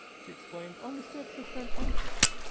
she exclaimed, on the steps of st. pancras.